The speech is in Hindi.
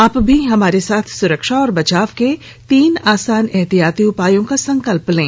आप भी हमारे साथ सुरक्षा और बचाव के तीन आसान एहतियाती उपायों का संकल्प लें